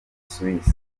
suisse